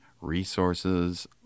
resources